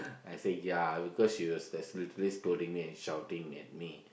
I said ya because she was like literally scolding me and shouting at me